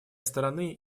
стороны